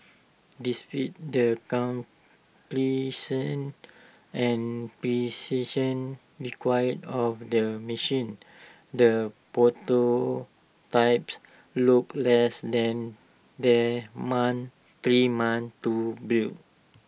the completion and precision required of their machine the prototypes look less than three months to build